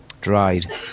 dried